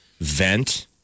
vent